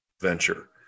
venture